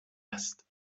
است